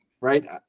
Right